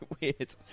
weird